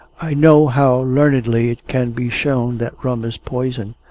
i know how learnedly it can be shown that rum is poison,